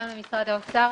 התשע"ח